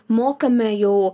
mokame jau